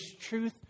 truth